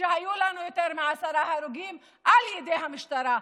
שהיו לנו יותר מעשרה הרוגים על ידי המשטרה.